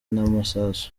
n’amasasu